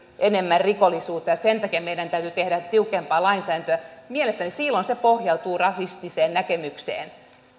enemmän rikollisuutta ja sen takia meidän täytyy tehdä tiukempaa lainsäädäntöä niin mielestäni silloin se pohjautuu rasistiseen näkemykseen